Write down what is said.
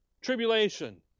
tribulation